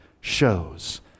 shows